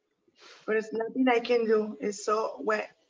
but there's nothing i can do. it's so wet.